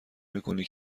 میکنی